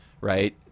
right